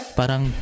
parang